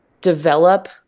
develop